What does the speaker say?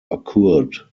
occurred